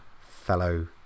fellow